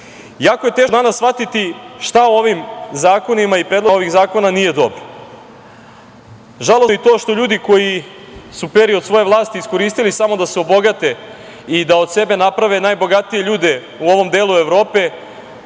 je teško danas shvatiti šta u ovim zakonima i predlozima ovih zakona nije dobro. Žalosno je i to što ljudi koji su period svoje vlasti iskoristili samo da se obogate i da od sebe naprave najbogatije ljude u ovom delu Evrope,